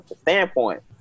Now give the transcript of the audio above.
standpoint